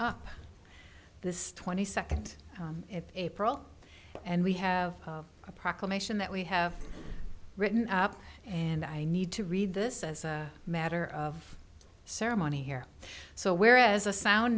up this twenty second april and we have a proclamation that we have written up and i need to read this as a matter of ceremony here so where as a sound